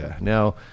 now